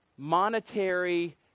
monetary